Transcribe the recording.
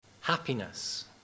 Happiness